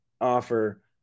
offer